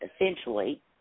essentially